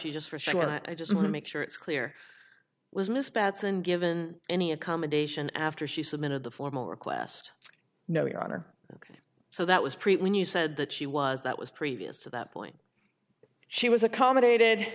you just for show and i just want to make sure it's clear was miss bateson given any accommodation after she submitted the formal request no your honor ok so that was prejean you said that she was that was previous to that point she was accommodated